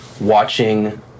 watching